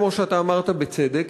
כמו שאמרת בצדק,